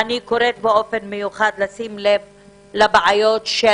אני קוראת באופן מיוחד לשים לב לבעיות של